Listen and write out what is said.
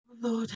Lord